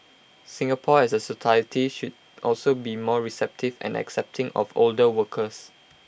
Singapore as A society should also be more receptive and accepting of older workers